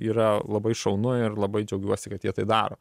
yra labai šaunu ir labai džiaugiuosi kad jie tai daro